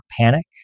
panic